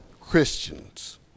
Christians